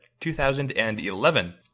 2011